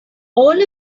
all